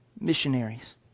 missionaries